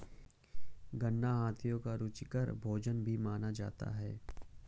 गन्ना हाथियों का रुचिकर भोजन भी माना जाता है